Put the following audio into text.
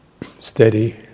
steady